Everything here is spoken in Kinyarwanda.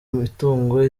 imitungo